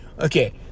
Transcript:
Okay